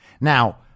Now